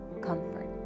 comfort